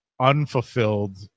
unfulfilled